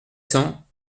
cents